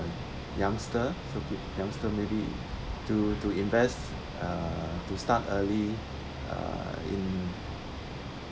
youngster so pe~ youngster maybe to to invest uh to start early uh in